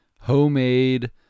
homemade